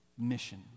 mission